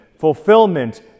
fulfillment